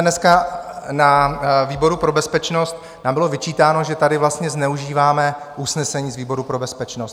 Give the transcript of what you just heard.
Dneska na výboru pro bezpečnost nám bylo vyčítáno, že tady vlastně zneužíváme usnesení z výboru pro bezpečnost.